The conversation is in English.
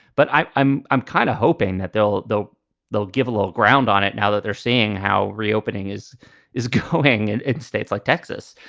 but i'm i'm i'm kind of hoping that they'll though they'll give a little ground on it now that they're seeing how reopening is is going and in states like texas.